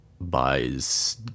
buys